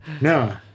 No